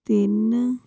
ਤਿੰਨ